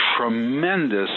tremendous